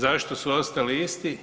Zašto su ostali isti?